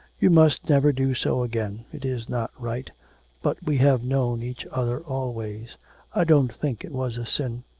you must never do so again. it is not right but we have known each other always i don't think it was a sin.